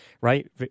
right